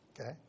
okay